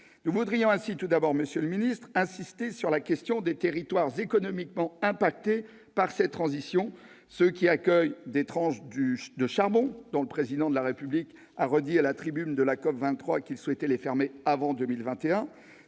Nous voudrions ainsi tout d'abord, monsieur le secrétaire d'État, insister sur la question des territoires économiquement impactés par cette transition : ceux qui accueillent des tranches au charbon, dont le Président de la République a répété, à la tribune de la COP23, qu'il souhaitait les fermer avant 2021,